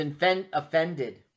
offended